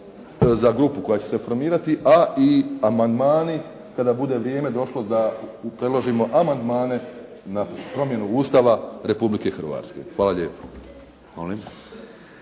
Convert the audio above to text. za grupu koja će se formirati, a i amandmani kada bude vrijeme došlo da predložimo amandmane na promjenu Ustava Republike Hrvatske. Hvala lijepo.